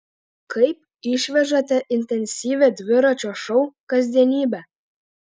kaip išvežate intensyvią dviračio šou kasdienybę